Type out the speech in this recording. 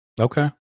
okay